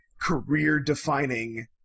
career-defining